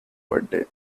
birthday